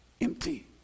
Empty